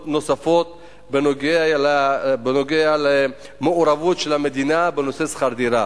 נוספות בנוגע למעורבות של המדינה בנושא שכר דירה.